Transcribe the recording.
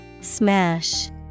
Smash